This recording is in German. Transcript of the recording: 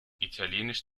italienisch